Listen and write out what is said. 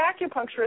acupuncturist